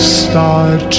start